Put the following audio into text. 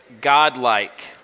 Godlike